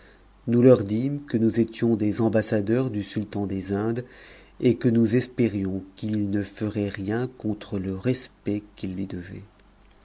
nous leur dîmes que nous étions des ambassadeurs du sultan des indes et que nous espérions qu'ils ne feraient rien contre le respect qu'ils lui devaient